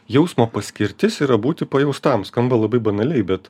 jausmo paskirtis yra būti pajaustam skamba labai banaliai bet